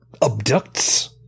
abducts –